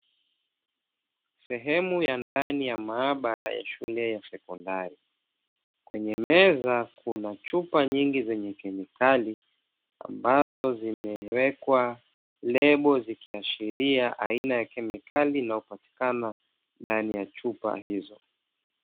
Sehemu ya ndani ya maabara ya shule ya sekondari, kwenye meza kuna chupa nyingi zenye kemikali, ambazo zimewekwa lebo zikiashiria aina ya kemikali inayopatikana ndani ya chupa hizo.